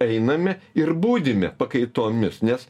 einame ir budime pakaitomis nes